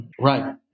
Right